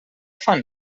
fan